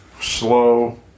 slow